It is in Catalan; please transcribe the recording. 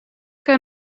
que